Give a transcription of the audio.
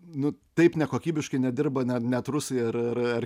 nu taip nekokybiškai nedirba net net rusai ar ar